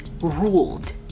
ruled